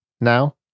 now